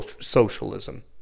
socialism